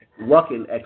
working